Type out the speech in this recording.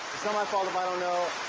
so my fault if i don't know,